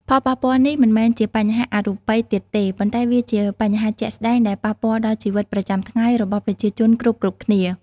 ផលប៉ះពាល់នេះមិនមែនជាបញ្ហាអរូបីទៀតទេ ប៉ុន្តែវាជាបញ្ហាជាក់ស្តែងដែលប៉ះពាល់ដល់ជីវិតប្រចាំថ្ងៃរបស់ប្រជាជនគ្រប់ៗគ្នា។